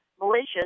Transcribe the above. malicious